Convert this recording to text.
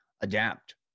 adapt